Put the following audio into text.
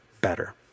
better